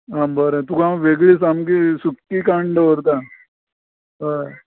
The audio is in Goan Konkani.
आं बरें तुका हांव वेगळी सामकी सुकी काडून दवरतां हय